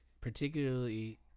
particularly